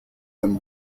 than